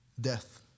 death